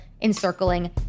encircling